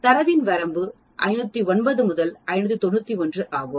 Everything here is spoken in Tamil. தரவின் வரம்பு 509 முதல் 591 ஆகும்